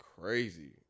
crazy